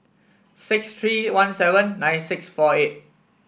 six three one seven nine six four eight